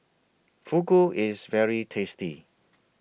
Fugu IS very tasty